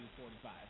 45